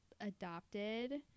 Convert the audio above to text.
adopted